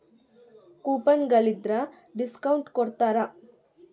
coupon ಗಳಿದ್ರ discount ಕೊಡ್ತಾರ